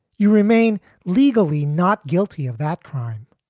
you remain legally not guilty of that crime.